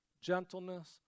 gentleness